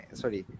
sorry